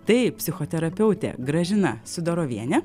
tai psichoterapeutė gražina sidorovienė